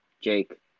Jake